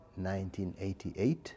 1988